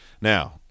Now